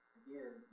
again